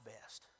best